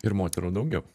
ir moterų daugiau